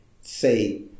say